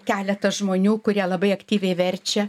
keletas žmonių kurie labai aktyviai verčia